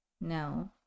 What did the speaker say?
no